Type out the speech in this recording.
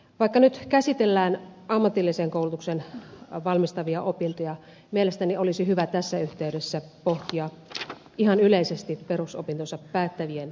vaikka nyt käsitellään ammatilliseen koulutukseen valmistavia opintoja mielestäni olisi hyvä tässä yhteydessä pohtia ihan yleisesti perusopintonsa päättävien valmentamista